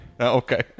okay